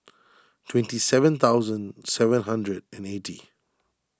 twenty seven thousand seven hundred and eighty